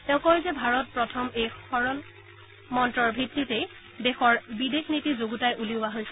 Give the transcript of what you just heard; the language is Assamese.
তেওঁ কয় যে ভাৰত প্ৰথম এই সৰল মন্তৰ ভিত্তিতেই দেশৰ বিদেশ নীতি যুগুতাই উলিওৱা হৈছে